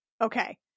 Okay